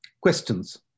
questions